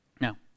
now